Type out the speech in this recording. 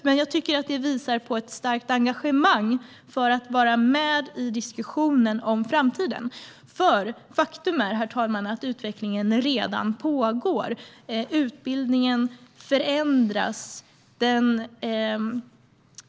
Men jag tycker att det visar på ett starkt engagemang för att vara med i diskussionen om framtiden. Faktum är nämligen, herr talman, att utvecklingen redan pågår. Utbildningen förändras.